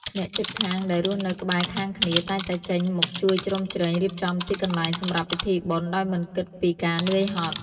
អ្នកជិតខាងដែលរស់នៅក្បែរខាងគ្នា តែងតែចេញមុខជួយជ្រោមជ្រែងរៀបចំទីកន្លែងសម្រាប់ពិធីបុណ្យដោយមិនគិតពីការនឿយហត់។